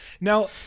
now